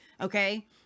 Okay